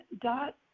dot